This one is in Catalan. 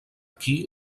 qui